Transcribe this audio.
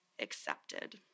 accepted